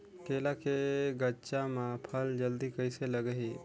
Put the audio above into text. केला के गचा मां फल जल्दी कइसे लगही?